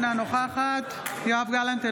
אינה נוכחת יואב גלנט,